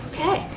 Okay